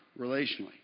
relationally